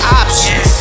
options